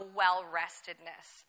well-restedness